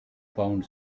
pound